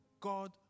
God